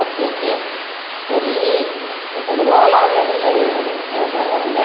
okay okay சரி இப்போ இந்த ஓலாவில் இருந்து வரவங்க